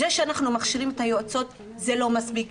זה שאנחנו מכשירים את היועצות, זה לא מספיק.